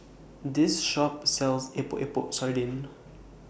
This Shop sells Epok Epok Sardin